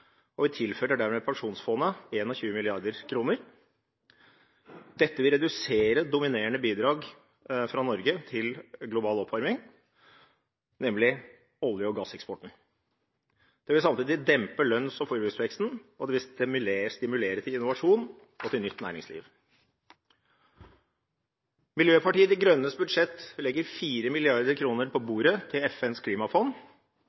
og vi tilfører dermed Pensjonsfondet 21 mrd. kr. Dette vil redusere det dominerende bidraget fra Norge til global oppvarming, nemlig olje- og gasseksporten. Det vil samtidig dempe lønns- og forbruksveksten, og det vil stimulere til innovasjon og til nytt næringsliv. Miljøpartiet De Grønnes budsjett legger 4 mrd. kr på bordet til FNs klimafond